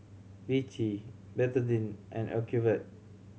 Vichy Betadine and Ocuvite